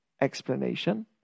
explanation